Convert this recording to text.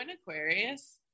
Aquarius